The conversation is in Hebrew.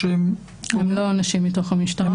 הם לא אנשים מתוך המשטרה.